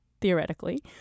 theoretically